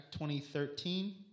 2013